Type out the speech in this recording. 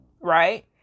right